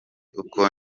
uko